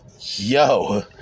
Yo